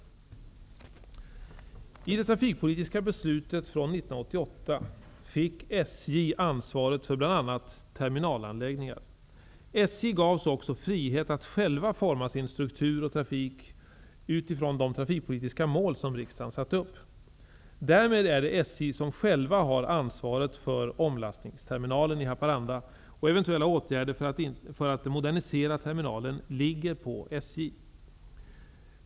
ansvaret för bl.a. terminalanläggningar. SJ gavs också frihet att självt forma sin struktur och trafik utifrån de trafikpolitiska mål som riksdagen satte upp. Därmed är det SJ som självt har ansvaret för omlastningsterminalen i Haparanda, och eventuella åtgärder för att modernisera terminalen ligger på SJ.